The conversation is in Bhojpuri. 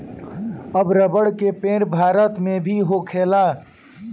अब रबर के पेड़ भारत मे भी होखेला